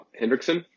Hendrickson